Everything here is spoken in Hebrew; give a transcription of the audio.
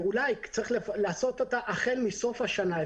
אולי צריך לעשות אותה החל מסוף השנה.